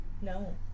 No